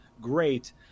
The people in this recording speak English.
Great